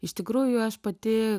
iš tikrųjų aš pati